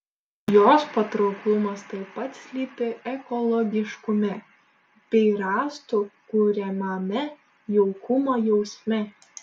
jos patrauklumas taip pat slypi ekologiškume bei rąstų kuriamame jaukumo jausme